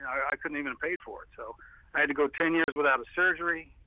i couldn't even paid for it. so i had to go ten years without a surgery.